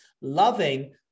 loving